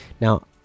now